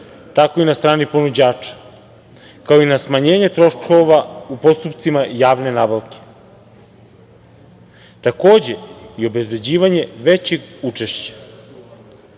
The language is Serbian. tako i na strani ponuđača, kao i na smanjenje troškova u postupcima javne nabavke, takođe i obezbeđivanje većeg